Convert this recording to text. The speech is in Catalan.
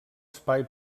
espai